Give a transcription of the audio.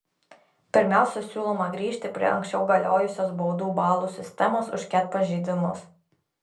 pirmiausia siūloma grįžti prie anksčiau galiojusios baudų balų sistemos už ket pažeidimus